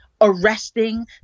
arresting